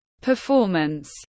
performance